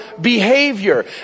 behavior